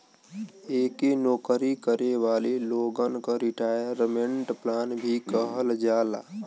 एके नौकरी करे वाले लोगन क रिटायरमेंट प्लान भी कहल जाला